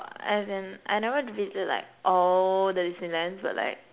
as in I never visit like all the Disneylands but like